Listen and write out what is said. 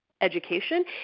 education